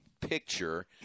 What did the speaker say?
picture